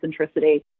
centricity